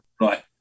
Right